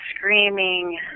Screaming